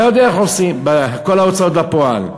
אתה יודע איך עושים, כל ההוצאות לפועל.